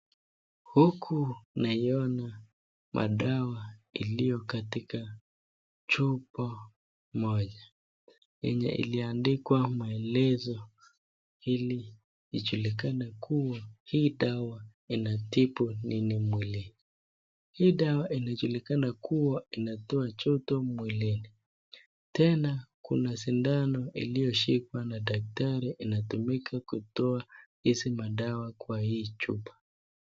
Huku naiona madawa iliyo katika chupa moja yenye iliandikwa maelezo ili ijulikane kuwa hii dawa inatibu nini mwilini. Hii dawa inajulikana kuwa inatoa joto mwilini tena kuna sindano iliyoshikwa na daktari inatumika kutoa hizi madawa kwa hii chupa.